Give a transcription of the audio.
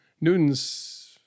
Newton's